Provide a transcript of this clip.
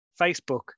Facebook